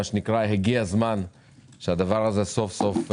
הגיע הזמן שזה יקרה סוף סוף,